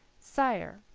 sire,